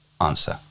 Answer